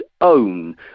own